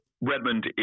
Redmond